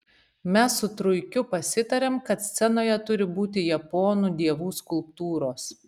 mes su truikiu pasitarėm kad scenoje turi būti japonų dievų skulptūros